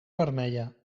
vermella